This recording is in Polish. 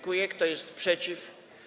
Kto jest przeciw?